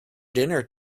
dinner